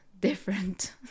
different